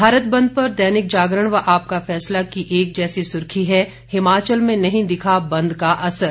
भारत बंद पर दैनिक जागरण व आपका फैसला की एक जैसी सुर्खी है हिमाचल में नहीं दिखा बंद का असर